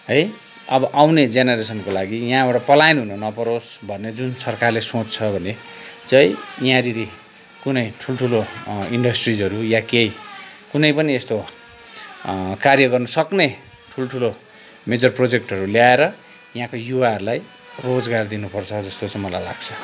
है अब आउने जेनेरेसनको लागि यहाँबाट पलायन हुनु नपरोस् भन्ने जुन सरकारले सोच्छ भने चाहिँ यहाँनिर कुनै ठुल ठुलो इन्डसट्रीजहरू या केही कुनै पनि यस्तो कार्य गर्नुसक्ने ठुल ठलो मेजर प्रोजेक्टहरू ल्याएर यहाँको युवाहरूलाई रोजगार दिनुपर्छ जस्तो चाहिँ मलाई लाग्छ